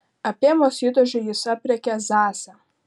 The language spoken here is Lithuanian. apėmus įtūžiui jis aprėkė zazą